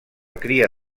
cria